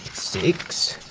six,